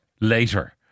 later